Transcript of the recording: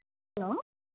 hello